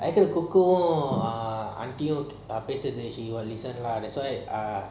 I heard coco ah aunty place she will listen ah that's why ah